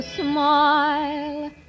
smile